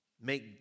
make